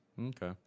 okay